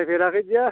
फैफेराखै गैया